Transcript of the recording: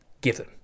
given